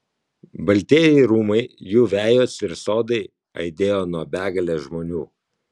baltieji rūmai jų vejos ir sodai aidėjo nuo begalės žmonių